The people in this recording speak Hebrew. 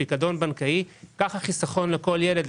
הפנסיה בפיקדון בנקאי כך החיסכון לכל ילד,